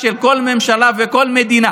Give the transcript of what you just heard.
שמובילה